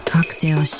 Cocktail